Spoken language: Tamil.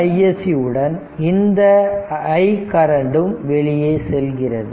4 iSC உடன் இந்த i கரண்டும் வெளியே செல்கிறது